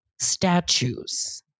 statues